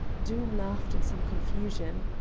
doom laughed in some confusion.